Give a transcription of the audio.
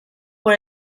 por